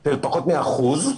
של פחות מאחוז,